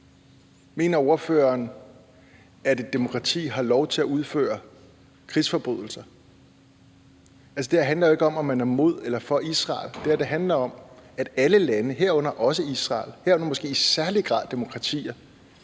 Mener ordføreren, at et demokrati har lov til at udføre krigsforbrydelser? Altså, det her handler jo ikke om, og man er imod eller for Israel; det her handler om, at alle lande, herunder også Israel og måske i særlig grad demokratier,